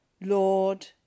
Lord